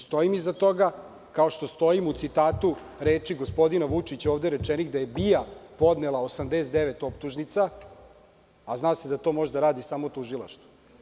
Stojim iza toga, kao što stojim u citatu reči gospodina Vučića ovde rečenih – da je BIA podnela 89 optužnica, a zna se da to može da radi samo tužilaštvo.